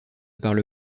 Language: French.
parle